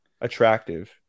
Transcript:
attractive